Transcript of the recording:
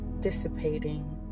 dissipating